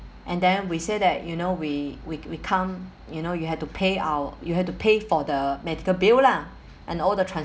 and then we say that you know we we we come you know you have to pay our you have to pay for the medical bill lah and all the